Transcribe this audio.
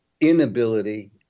inability